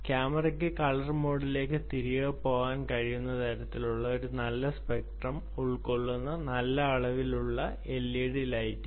ക്യാമറയ്ക്ക് കളർ മോഡിലേക്ക് തിരികെ പോകാൻ കഴിയുന്ന തരത്തിൽ ഒരു നല്ല സ്പെക്ട്രം ഉൾക്കൊള്ളുന്ന നല്ല അളവിലുള്ള എൽഇഡി ലൈറ്റിംഗ്